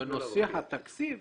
בנושא התקציב,